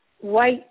white